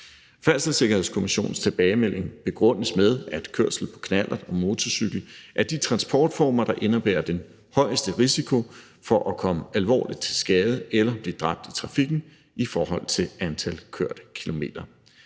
Færdselssikkerhedskommissionens tilbagemelding begrundes med, at kørsel på knallert og motorcykel er de transportformer, der indebærer den højeste risiko for at komme alvorligt til skade eller blive dræbt i trafikken i forhold til antal kørte kilometer.